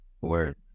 Word